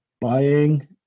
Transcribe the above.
buying